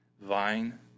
Vine